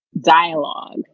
dialogue